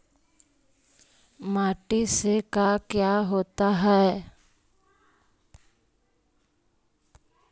माटी से का क्या होता है?